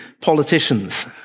politicians